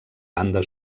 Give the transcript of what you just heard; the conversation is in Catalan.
banda